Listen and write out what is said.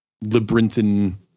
labyrinthine